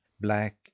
black